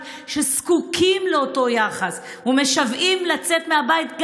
שזקוקים לאותו יחס ומשוועים לצאת מהבית,